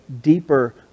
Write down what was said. deeper